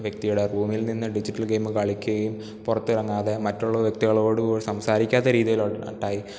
വ്യക്തിയോടാണ് റൂമിൽ നിന്നു digital game കളിക്കുകയും പുറത്തിറങ്ങാതെ മറ്റുള്ള വ്യക്തികളോടു സംസാരിക്കാത്ത രീതിയിലോട്ടായി